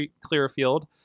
Clearfield